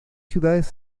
ciudades